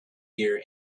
gear